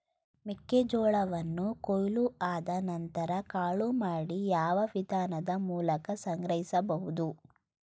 ಮೆಕ್ಕೆ ಜೋಳವನ್ನು ಕೊಯ್ಲು ಆದ ನಂತರ ಕಾಳು ಮಾಡಿ ಯಾವ ವಿಧಾನದ ಮೂಲಕ ಸಂಗ್ರಹಿಸಬಹುದು?